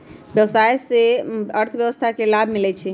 व्यवसाय से अर्थव्यवस्था के लाभ मिलइ छइ